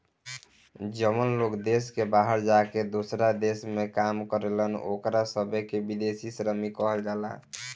जवन लोग देश के बाहर जाके दोसरा देश में काम करेलन ओकरा सभे के विदेशी श्रमिक कहल जाला